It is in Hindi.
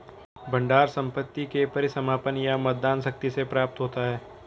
भंडार संपत्ति के परिसमापन या मतदान शक्ति से प्राप्त होता है